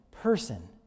person